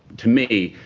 to me,